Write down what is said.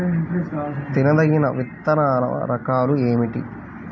తినదగిన విత్తనాల రకాలు ఏమిటి?